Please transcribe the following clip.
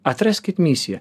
atraskit misiją